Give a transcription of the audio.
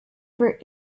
for